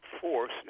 force